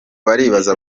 baribaza